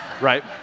right